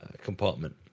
compartment